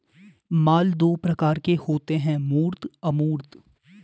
माल दो प्रकार के होते है मूर्त अमूर्त